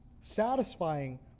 satisfying